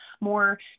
more